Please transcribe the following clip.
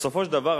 בסופו של דבר,